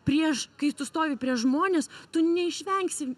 prieš kai tu stovi prieš žmones tu neišvengsi